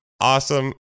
Awesome